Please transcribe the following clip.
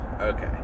okay